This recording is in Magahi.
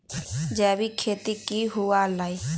जैविक खेती की हुआ लाई?